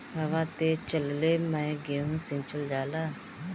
हवा तेज चलले मै गेहू सिचल जाला?